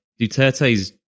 Duterte's